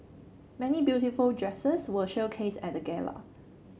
many beautiful dresses were showcased at the gala